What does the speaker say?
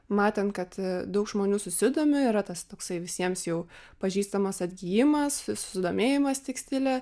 matant kad daug žmonių susidomi yra tas toksai visiems jau pažįstamas atgijimas susidomėjimas tekstile